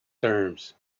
terms